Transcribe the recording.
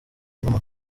numa